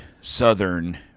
Southern